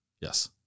Yes